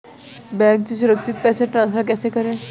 Bank से सुरक्षित पैसे ट्रांसफर कैसे करें?